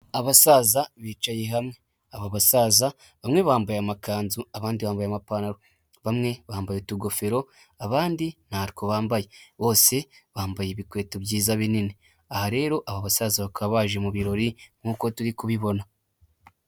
Abasaza bicaye hamwe, aba basaza bamwe bambaye amakanzu abandi bambaye amapantaro, bamwe bambaye utugofero abandi nta two bambaye, bose bambaye ibikweto byiza binini, aha rero abo basaza baka baje mu birori nkuko turi kubibona.